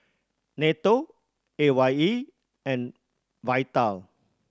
NATO A Y E and Vital